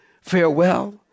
Farewell